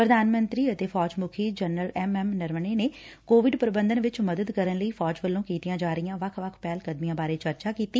ਪ੍ਰਧਾਨ ਮੰਤਰੀ ਅਤੇ ਫੌਜ ਮੁੱਖੀ ਜਨਰਲ ਐਮ ਐਮ ਨਰਵਣੇ ਨੇ ਕੋਵਿਡ ਪ੍ਰਬੰਧਨ ਵਿਚ ਮਦਦ ਕਰਨ ਲਈ ਫੌਜ ਵੱਲੋਂ ਕੀਤੀਆਂ ਜਾ ਰਹੀਆਂ ਵੱਖ ਪਹਿਲ ਕਦਮੀਆਂ ਬਾਰੇ ਚਰਚਾ ਕੀਤੀ